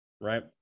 Right